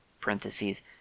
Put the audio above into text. parentheses